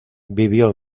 vivió